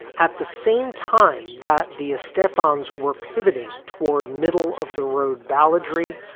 at the same time that the estefan's were pivoting toward middle of the road balladry,